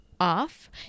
off